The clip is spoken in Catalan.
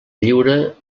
lliure